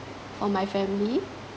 for my family